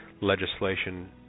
legislation